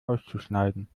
auszuschneiden